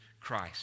Christ